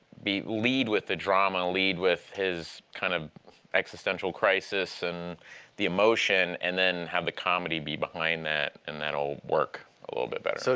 lead with the drama, lead with his kind of existential crisis and the emotion, and then have the comedy be behind that, and that'll work a little bit better. so